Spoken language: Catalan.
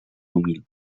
humil